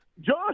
Josh